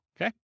okay